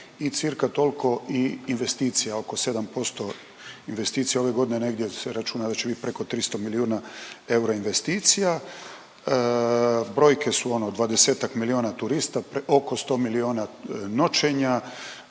i cirka tolko investicija oko 7% investicija. Ove godine negdje se računa da će biti preko 300 milijuna eura investicija. Brojke su ono 210-ak milijuna turista, oko 100 milijuna noćenja